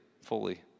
fully